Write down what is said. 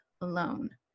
alone